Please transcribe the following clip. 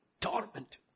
Torment